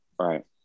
Right